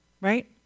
Right